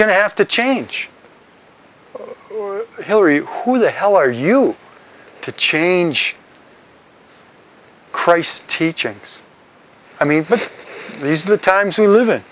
going to have to change hillary who the hell are you to change christ's teachings i mean these are the times we live in